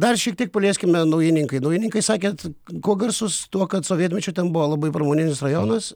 dar šiek tiek palieskime naujininkai naujininkai sakėt kuo garsus tuo kad sovietmečiu ten buvo labai pramoninis rajonas